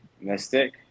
Mystic